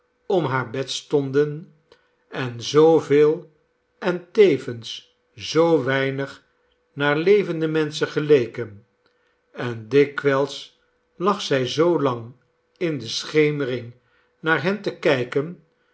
om haar bed stonden en zooveel en tevens zoo weinig naar levende menschen geleken en dikwijls lag zij zoolang in de schemering naar hen te kijken